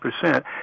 percent